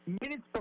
minutes